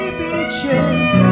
beaches